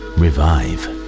revive